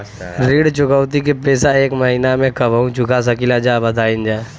ऋण चुकौती के पैसा एक महिना मे कबहू चुका सकीला जा बताईन जा?